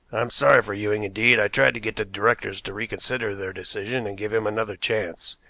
i am sorry for ewing indeed, i tried to get the directors to reconsider their decision and give him another chance.